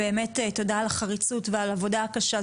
תודה על החריצות ועל העבודה הקשה,